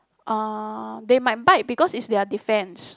uh they might bite because it's their defence